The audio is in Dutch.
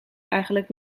eigenlijk